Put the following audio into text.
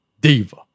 diva